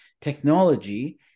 technology